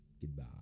goodbye